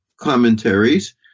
commentaries